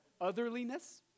otherliness